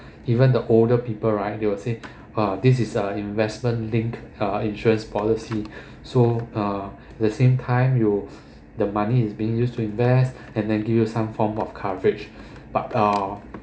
even the older people right they will say uh this is a investment linked uh insurance policy so uh the same time you the money is being used to invest and then give you some form of coverage but ah